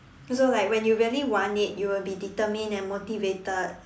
also like when you really want it you will be determined and motivated